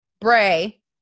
Bray